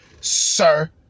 sir